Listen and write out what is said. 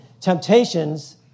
Temptations